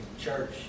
church